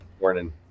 morning